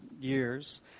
years